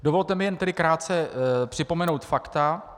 Dovolte mi jen tedy krátce připomenout fakta.